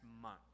month